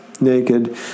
naked